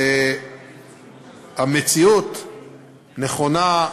המציאות נכונה,